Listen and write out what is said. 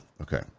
Okay